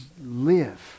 live